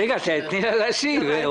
תני לה להשיב.